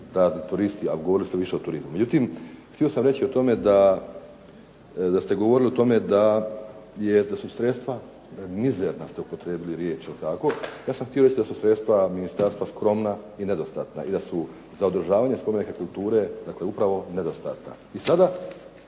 i turisti, a govorili ste više o turizmu. Međutim htio sam reći o tome da, da ste govorili o tome da je, da su sredstva mizerna ste upotrijebili riječ, je li tako. Ja sam htio reći da su sredstva ministarstva skromna i nedostatna i da su za održavanje spomenika kulture, dakle upravo nedostatna. I sada